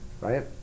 Right